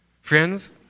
friends